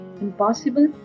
Impossible